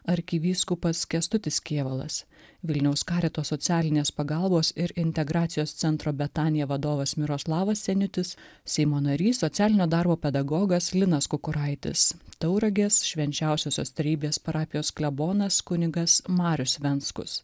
arkivyskupas kęstutis kėvalas vilniaus karito socialinės pagalbos ir integracijos centro betanija vadovas miroslavas seniutis seimo narys socialinio darbo pedagogas linas kukuraitis tauragės švenčiausiosios trejybės parapijos klebonas kunigas marius venckus